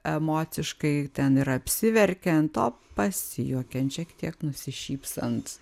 emociškai ten ir apsiverkiant o pasijuokiant šiek tiek nusišypsant